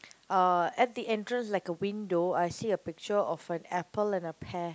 uh at the entrance like a window I see a picture of an apple and a pear